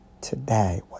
today